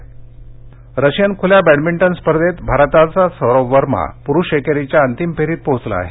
badminton रूपर्धाः Russian खुल्या badminton स्पर्धेत भारताचा सौरभ वर्मा पुरुष एकेरीच्या अंतिम फेरीत पोहोचला आहे